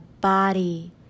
body